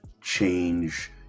change